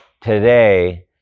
today